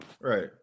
Right